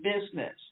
business